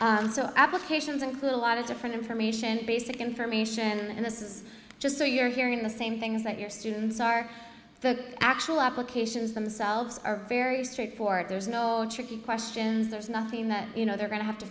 website so applications include a lot of different information basic information and this is just so you're hearing the same things that your students are the actual applications themselves are very straightforward there's no tricky questions there's nothing that you know they're going to have to